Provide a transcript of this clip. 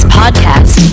podcast